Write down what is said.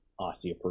osteoporosis